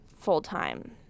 full-time